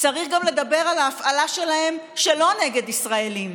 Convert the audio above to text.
צריך גם לדבר על ההפעלה שלהם שלא נגד ישראלים.